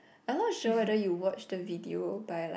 I'm not sure whether you watched the video but like